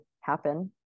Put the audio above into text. happen